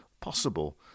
possible